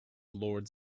lords